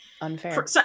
unfair